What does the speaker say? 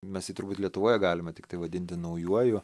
mes jį turbūt lietuvoje galime tiktai vadinti naujuoju